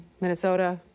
Minnesota